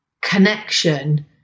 connection